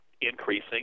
increasing